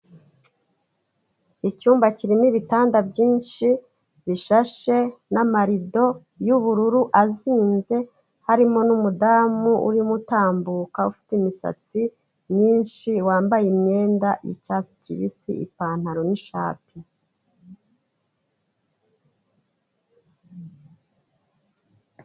Icyumba kirimo ibitanda byinshi bishashe n'amarido y'ubururu azinze, harimo n'umudamu urimo utambuka ufite imisatsi myinshi wambaye imyenda y'icyatsi kibisi, ipantaro n'ishati.